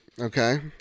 okay